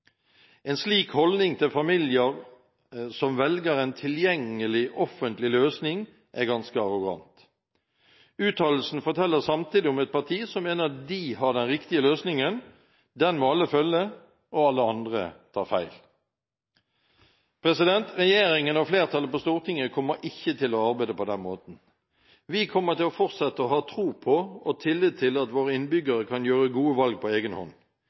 En slik holdning til familier som velger en tilgjengelig, offentlig løsning, er ganske arrogant. Uttalelsen forteller samtidig om et parti som mener de har den riktige løsningen. Den må alle følge, og alle andre tar feil. Regjeringen og flertallet på Stortinget kommer ikke til å arbeide på den måten. Vi kommer til å fortsette å ha tro på og tillit til at våre innbyggere kan gjøre gode valg på egenhånd.